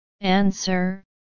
Answer